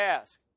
ask